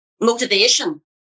motivation